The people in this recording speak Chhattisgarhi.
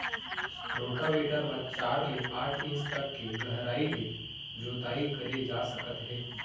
रोटावेटर म चार ले आठ इंच तक के गहराई ले जोताई करे जा सकत हे